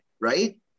right